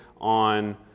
on